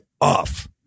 off